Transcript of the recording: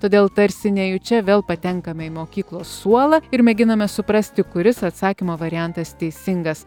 todėl tarsi nejučia vėl patenkame į mokyklos suolą ir mėginame suprasti kuris atsakymo variantas teisingas